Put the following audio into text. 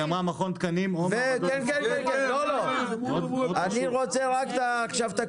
היא אמרה מכון תקנים או מעבדות --- אני רוצה רק את הכותרות.